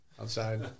outside